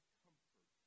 comfort